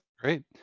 Great